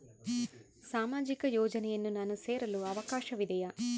ಸಾಮಾಜಿಕ ಯೋಜನೆಯನ್ನು ನಾನು ಸೇರಲು ಅವಕಾಶವಿದೆಯಾ?